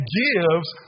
gives